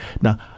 Now